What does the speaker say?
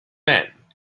men